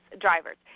drivers